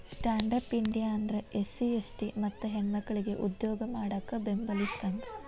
stand up India ಅಂದ್ರ SC ST ಮತ್ತ ಹೆಣ್ಮಕ್ಕಳಿಗೆ ಉದ್ಯೋಗ ಮಾಡಾಕ ಬೆಂಬಲಿಸಿದಂಗ